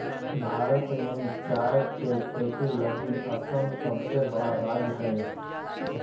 भारत में चाय के खेती लगी असम सबसे बड़ा राज्य हइ